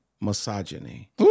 misogyny